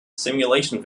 simulation